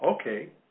Okay